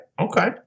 Okay